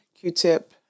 Q-tip